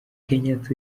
kenyatta